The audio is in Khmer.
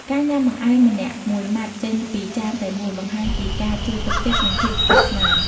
ការញ៉ាំបង្អែមម្នាក់មួយមាត់ចេញពីចានតែមួយ បង្ហាញពីការជឿទុកចិត្ត និងភាពស្និទ្ធស្នាល។